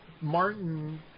Martin